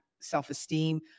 self-esteem